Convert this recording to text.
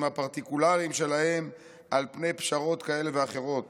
הפרטיקולריים שלהן על פני פשרות כאלה ואחרות